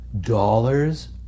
dollars